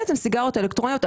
הסיגריות האלקטרוניות,